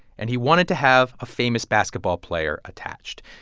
and he wanted to have a famous basketball player attached.